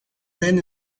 then